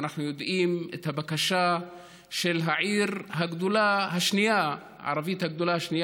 ואנחנו יודעים על הבקשה של העיר הערבית הגדולה השנייה בארץ,